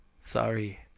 Sorry